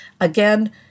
Again